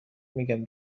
میگم